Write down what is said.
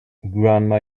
grandma